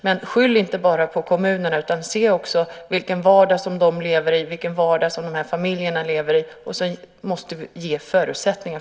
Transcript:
Men skyll inte bara på kommunerna utan se också vilken vardag som de lever i och vilken vardag som de här familjerna lever i. Sedan måste vi i stället ge dem förutsättningar.